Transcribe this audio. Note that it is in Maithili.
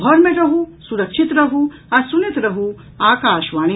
घर मे रहू सुरक्षित रहू आ सुनैत रहू आकाशवाणी